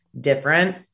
different